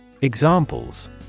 Examples